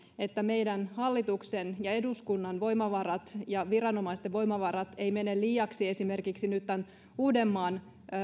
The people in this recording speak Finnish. että meidän hallituksen ja eduskunnan voimavarat ja viranomaisten voimavarat eivät mene liiaksi esimerkiksi nyt tämän uudenmaan